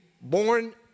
born